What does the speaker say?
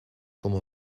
com